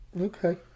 Okay